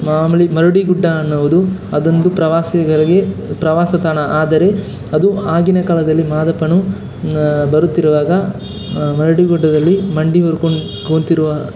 ಮಾಮೂಲಿ ಮರಡಿಗುಡ್ಡ ಅನ್ನುವುದು ಅದೊಂದು ಪ್ರವಾಸಿಗರಿಗೆ ಪ್ರವಾಸ ತಾಣ ಆದರೆ ಅದು ಆಗಿನ ಕಾಲದಲ್ಲಿ ಮಾದಪ್ಪನು ಬರುತ್ತಿರುವಾಗ ಮರಡಿ ಗುಡ್ಡದಲ್ಲಿ ಮಂಡಿ ಊರಿಕೊಂಡು ಕೂತಿರುವ